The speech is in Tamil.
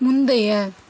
முந்தைய